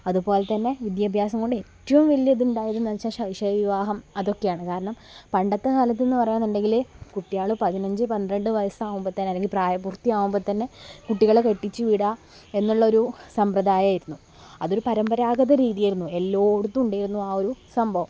അതുപോലെ തന്നെ വിദ്യാഭ്യാസം കൊണ്ട് ഏറ്റവും വലിയ ഇത് ഉണ്ടായതെന്നെന്നുവെച്ചാൽ ശൈശവ വിവാഹം അതൊക്കെയാണ് കാരണം പണ്ടത്തെ കാലത്ത് പറയാണെന്നുണ്ടെങ്കിൽ കുട്ടികൾ പതിനഞ്ച് പന്ത്രണ്ട് വയസ്സാകുമ്പോൾ തന്നെ അല്ലെങ്കിൽ പ്രായപൂർത്തി ആകുമ്പോൾ തന്നെ കുട്ടികളെ കെട്ടിച്ചു വിടുക എന്നുള്ളൊരു സമ്പ്രദായമായിരുന്നു അത് ഒരു പരമ്പരാഗത രീതിയായിരുന്നു എല്ലായിടത്തും ഉണ്ടായിരുന്നു ആ ഒരു സംഭവം